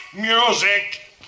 music